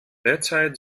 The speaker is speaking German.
derzeit